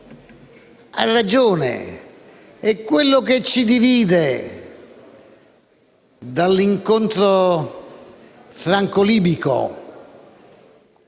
Ha ragione e ciò che ci di divide dall'incontro franco-libico